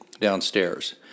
downstairs